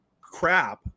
crap –